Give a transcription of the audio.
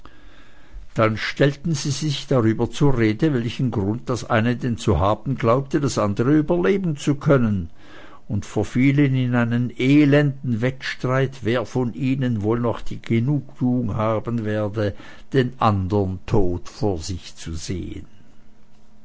dann stellten sie sich darüber zur rede welchen grund das eine denn zu haben glaube das andere überleben zu können und verfielen in einen elenden wettstreit wer von ihnen wohl noch die genugtuung haben werde den andern tot vor sich zu sehen